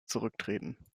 zurücktreten